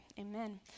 Amen